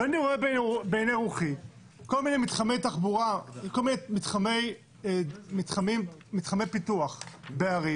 ואני רואה בעיני רוחי כל מיני מתחמי פיתוח בערים